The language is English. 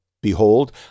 Behold